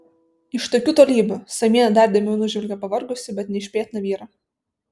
iš tokių tolybių samienė dar įdėmiau nužvelgia pavargusį bet nešpėtną vyrą